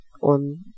on